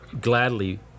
gladly